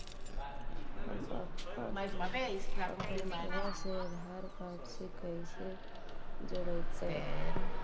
हमपन अकाउँटवा से आधार कार्ड से कइसे जोडैतै?